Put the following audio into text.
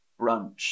brunch